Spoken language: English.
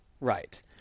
Right